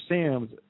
Sam's